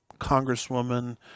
Congresswoman